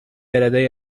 لدي